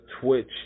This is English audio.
Twitch